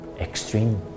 extreme